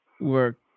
work